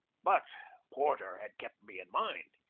but porter had kept me in mind,